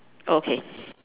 oh okay